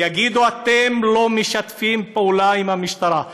יגידו: אתם לא משתפים פעולה עם המשטרה,